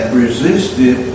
resisted